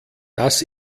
das